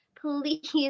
Please